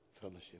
Fellowship